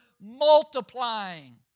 multiplying